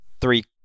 three